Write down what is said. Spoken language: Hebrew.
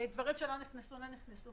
דברים שלא נכנסו, פשוט לא נכנסו.